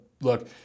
look